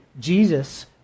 Jesus